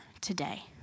today